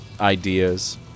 ideas